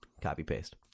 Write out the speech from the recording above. copy-paste